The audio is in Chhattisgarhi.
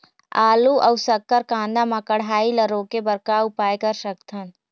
आलू अऊ शक्कर कांदा मा कढ़ाई ला रोके बर का उपाय कर सकथन?